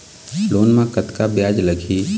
Loan म कतका ब्याज लगही?